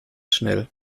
schnell